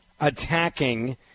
attacking